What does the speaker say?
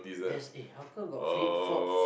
there's eh how come got